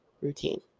routine